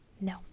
No